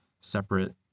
separate